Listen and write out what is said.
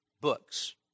books